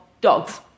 dogs